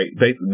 right